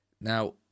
Now